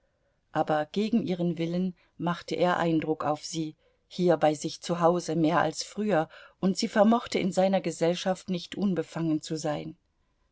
aber gegen ihren willen machte er eindruck auf sie hier bei sich zu hause mehr als früher und sie vermochte in seiner gesellschaft nicht unbefangen zu sein